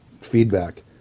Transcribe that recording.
feedback